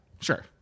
sure